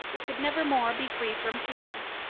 we could never more be free from fear.